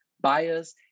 buyers